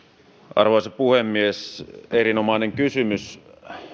arvoisa puhemies erinomainen kysymys